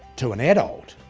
to an adult,